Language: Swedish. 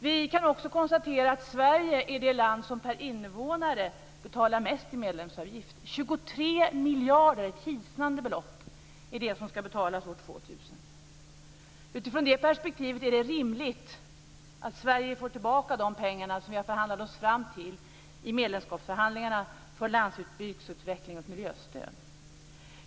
Vi kan konstatera att Sverige är det land som per invånare betalar högst medlemsavgift. 23 miljarder - ett hisnande belopp - är det som ska betalas år 2000. Utifrån det perspektivet är det rimligt att Sverige får tillbaka de pengar som vi i medlemskapsförhandlingarna har förhandlat oss fram till för landsbygdsutveckling och miljöstöd.